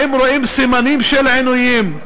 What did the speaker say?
אם רואים סימנים של עינויים.